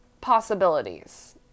possibilities